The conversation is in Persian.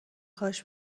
هاش